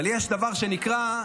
אבל יש דבר שנקרא,